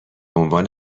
عنوان